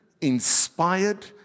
inspired